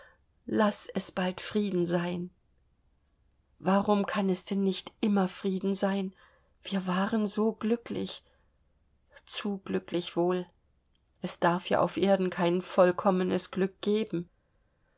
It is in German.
laß es bald frieden sein warum kann es denn nicht immer frieden sein wir waren so glücklich zu glücklich wohl es darf ja auf erden kein vollkommenes glück geben